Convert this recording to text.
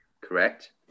correct